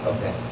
Okay